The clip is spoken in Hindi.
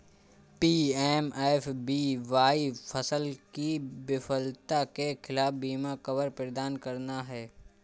पी.एम.एफ.बी.वाई फसल की विफलता के खिलाफ बीमा कवर प्रदान करता है